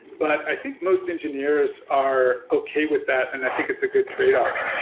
but i think most engineers are okay with that, and i think it's a good tradeoff.